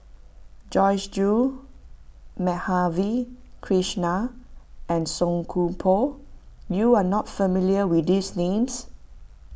Joyce Jue Madhavi Krishnan and Song Koon Poh you are not familiar with these names